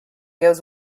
goes